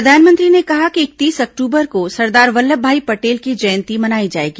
प्रधानमंत्री ने कहा कि इकतीस अक्टूबर को सरदार वल्लभभाई पटेल की जयंती मनाई जाएगी